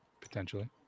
Potentially